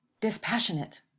dispassionate